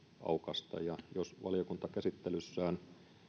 aukaista jos valiokunta käsittelyssään